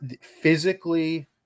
physically